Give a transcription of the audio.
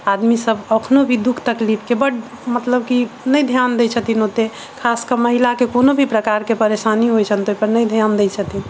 आदमी इसब अखनो भी दुःख तकलीफ के बड मतलब की नहि ध्यान दै छथिन ओते खास कऽ महिला के कोनो भी प्रकार के परेशानी होइ छनि तऽ ओहि पर नहि ध्यान दै छथिन